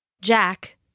Jack